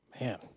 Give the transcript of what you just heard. Man